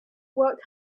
worked